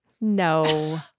No